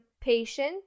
patient